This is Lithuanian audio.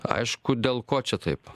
aišku dėl ko čia taip